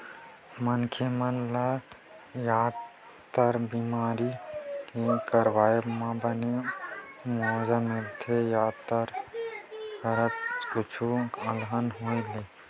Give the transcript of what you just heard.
मनखे मन ल यातर बीमा के करवाब म बने मुवाजा मिलथे यातर करत कुछु अलहन होय ले